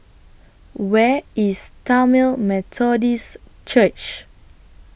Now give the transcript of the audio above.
Where IS Tamil Methodist Church